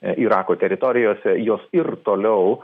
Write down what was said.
irako teritorijose jos ir toliau